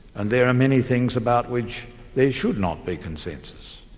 and there are many things about which there should not be consensus.